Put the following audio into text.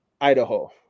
Idaho